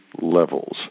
levels